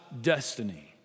destiny